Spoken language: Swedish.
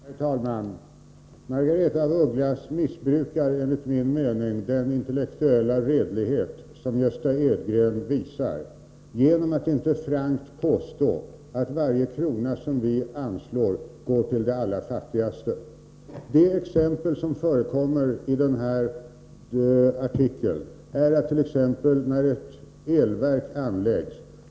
Herr talman! Margaretha af Ugglas missbrukar enligt min mening den intellektuella redlighet som Gösta Edgren visar genom att inte frankt påstå att varje krona som vi anslår går till de allra fattigaste. Det exempel som förekommer i artikeln visar vad som händer när ett elverk anläggs.